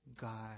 God